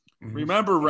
Remember